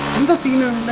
the scene of